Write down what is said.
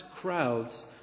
crowds